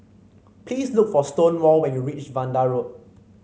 please look for Stonewall when you reach Vanda Road